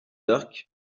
dirk